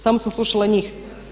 Samo sam slušala njih.